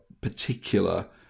particular